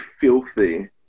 filthy